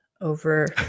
over